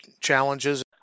challenges